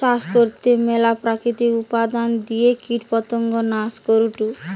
চাষ করতে ম্যালা প্রাকৃতিক উপাদান দিয়ে কীটপতঙ্গ নাশ করাঢু